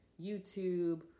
YouTube